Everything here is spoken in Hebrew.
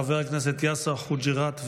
חבר הכנסת יאסר חוג'יראת,